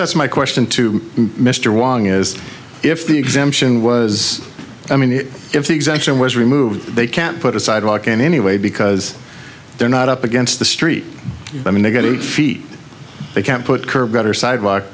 that's my question to mr wong is if the exemption was i mean if the exemption was removed they can't put a sidewalk in any way because they're not up against the street i mean they've got eight feet they can put curb better sidewalk